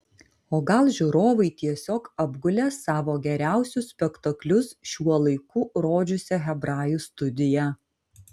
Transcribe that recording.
o gal žiūrovai tiesiog apgulė savo geriausius spektaklius šiuo laiku rodžiusią hebrajų studiją